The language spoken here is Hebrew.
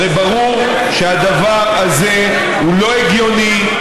הרי ברור שהדבר הזה לא הגיוני,